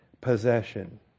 possession